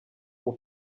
pour